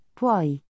puoi